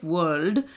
World